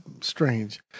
strange